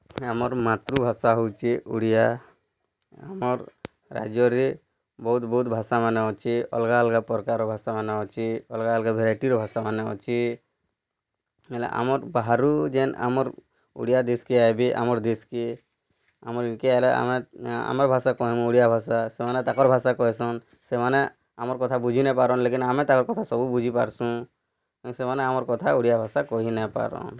ଆମର୍ ମାତୃଭାଷା ହଉଛେ ଓଡ଼ିଆ ଆମର୍ ରାଜ୍ୟ ରେ ବହୁତ୍ ବହୁତ୍ ଭାଷା ମାନେ ଅଛେ ଅଲଗା ଅଲଗା ପ୍ରକାର୍ ଭାଷା ମାନେ ଅଛି ଅଲଗା ଅଲଗା ଭେରାଇଟ୍ର ଭାଷା ମାନେ ଅଛି ହେଲା ଆମର୍ ବାହାରୁ ଯେନ୍ ଆମର୍ ଓଡ଼ିଆ ଦେଶ୍ କେ ଆଇବି ଆମର୍ ଦେଶ୍ କେ ଆମର୍ ଆମ ଭାଷା କହେମୁଁ ଓଡ଼ିଆ ଭାଷା ସେମାନେ ତାକର୍ ଭାଷା କହେସନ୍ ସେମାନେ ଆମର୍ କଥା ବୁଝି ନାଇଁ ପାରନ୍ ଲେକିନ୍ ଆମେ ତାକର୍ କଥା ସବୁ ବୁଝି ପାରସୁଁ ମାନେ ସେମାନେ ଆମର୍ କଥା ଓଡ଼ିଆ ଭାଷା କହି ନାଁ ପାରନ୍